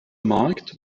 markt